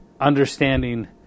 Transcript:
understanding